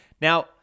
Now